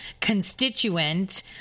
Constituent